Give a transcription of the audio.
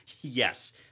Yes